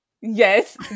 Yes